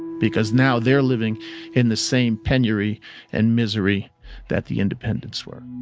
because now they're living in the same penury and misery that the independents were.